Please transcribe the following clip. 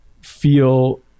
feel